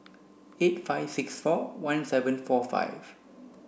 eight five six four one seven four five